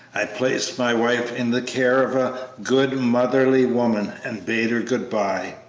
i placed my wife in the care of a good, motherly woman and bade her good-by,